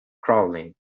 crawling